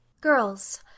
Girls